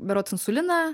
berods insuliną